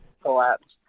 collapsed